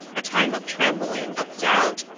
a time of trembling, of doubt,